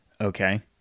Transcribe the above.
Okay